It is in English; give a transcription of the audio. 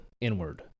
inward